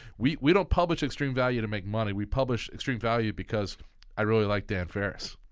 we we don't publish extreme value to make money. we publish extreme value because i really like dan ferris.